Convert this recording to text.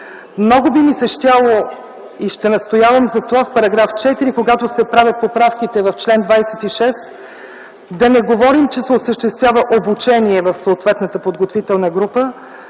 много би ми се щяло и ще настоявам за това в § 4, когато се правят поправките в чл. 26, да не говорим, че се осъществява обучение в съответната подготвителна група,